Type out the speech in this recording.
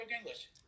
English